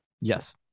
Yes